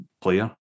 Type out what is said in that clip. player